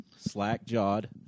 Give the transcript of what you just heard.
Slack-jawed